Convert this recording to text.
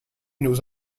nos